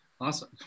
Awesome